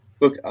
look